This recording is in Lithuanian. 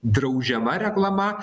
draudžiama reklama